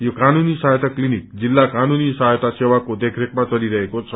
यो काूनूनी सहायता विलनिक जिल्ला सहायता सेवाको देखरेखमा चलिरहेको छ